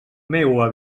meua